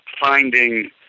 finding